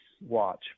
watch